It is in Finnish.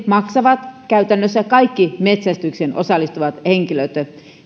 maksavat käytännössä kaikki metsästykseen osallistuvat henkilöt